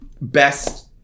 best